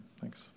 thanks